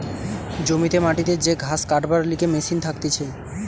জমিতে মাটিতে যে ঘাস কাটবার লিগে মেশিন থাকতিছে